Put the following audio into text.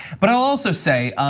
but i'll also say,